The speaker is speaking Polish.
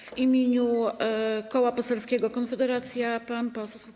W imieniu Koła Poselskiego Konfederacja pan poseł.